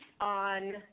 on